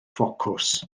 ffocws